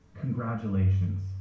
congratulations